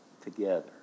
together